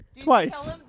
Twice